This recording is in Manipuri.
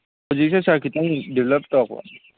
ꯍꯧꯖꯤꯛꯁꯦ ꯁꯥꯔ ꯈꯤꯇꯪ ꯗꯤꯕ꯭ꯂꯞ ꯇꯧꯔꯛꯄ